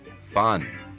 fun